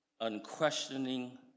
unquestioning